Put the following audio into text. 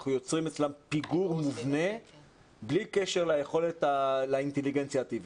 אנחנו יוצרים אצלם פיגור מובנה בלי קשר לאינטליגנציה הטבעית.